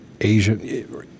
Asian